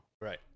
Right